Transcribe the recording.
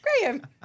Graham